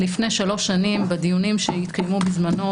לפני שלוש שנים בדיונים שהתקיימו בזמנו